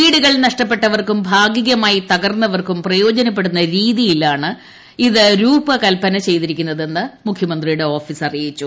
വീടുകൾ നഷ്ടപ്പെട്ടവർക്കും ഭാഗികമായി തകർന്നവർക്കും പ്രയോ ജനപ്പെടുന്ന രീതിയിലാണ് ഇത് രൂപകൽപ്പന ചെയ്തിരിക്കുന്നതെന്ന് മുഖ്യമന്ത്രിയുടെ ഓഫീസ് അറിയിച്ചു